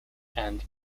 and